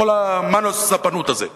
בכל ה"מנו ספנות" הזה.